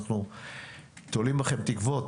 אנחנו תולים בכם תקוות.